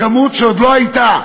בכמות שעוד לא הייתה,